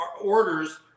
orders